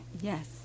Yes